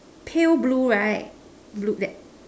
pale blue right blue that